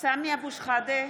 סמי אבו שחאדה,